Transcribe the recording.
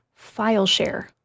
FileShare